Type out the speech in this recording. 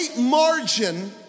margin